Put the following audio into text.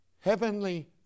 heavenly